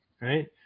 right